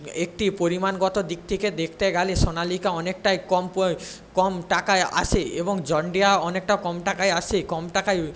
একটি পরিমাণগত দিক থেকে দেখতে গেলে সোনালিকা অনেকটাই কম পড়ে কম টাকায় আসে এবং জন ডিয়ার অনেকটা কম টাকায় আসে কম টাকায়